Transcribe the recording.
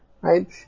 right